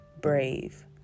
Brave